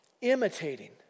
imitating